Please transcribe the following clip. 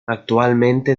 actualmente